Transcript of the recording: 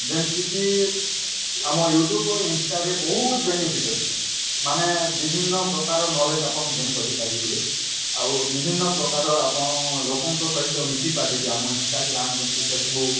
ଯେମିତିକି ଆମ ୟୁଟ୍ୟୁବ୍ ଆଉ ଇନଷ୍ଟାରେ ବହୁତ ବେନିଫିଟ୍ ଅଛି ମାନେ ବିଭିନ୍ନ ପ୍ରକାର ନଲେଜ୍ ଆପଣ ଗେନ୍ କରିପାରିବେ ଆଉ ବିଭିନ୍ନ ପ୍ରକାର ଆପଣ ଲୋକଙ୍କ ସହିତ ମିଶିପାରିବେ ଆମ ଇନଷ୍ଟାଗ୍ରାମ୍ ଯେମିତି ଫେସବୁକ୍